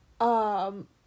um-